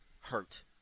hurt